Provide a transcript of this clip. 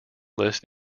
list